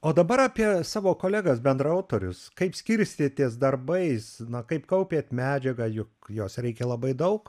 o dabar apie savo kolegas bendraautorius kaip skirstėtės darbais na kaip kaupėt medžiagą juk jos reikia labai daug